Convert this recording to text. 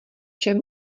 čem